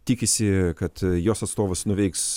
tikisi kad jos atstovas nuveiks